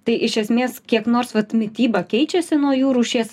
tai iš esmės kiek nors vat mityba keičiasi nuo jų rūšies